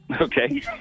okay